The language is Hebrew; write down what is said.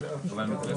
אם הן ייחתמו על ידי שר